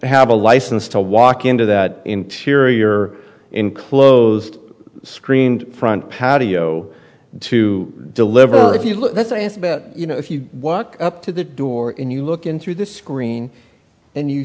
have a license to walk into that interior enclosed screened front patio to deliver if you look that's why it's about you know if you walk up to the door and you look in through the screen and you